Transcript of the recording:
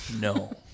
No